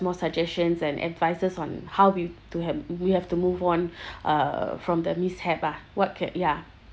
more suggestions and advices on how we to have we have to move on uh from the mishap ah what could ya